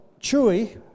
Chewy